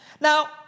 Now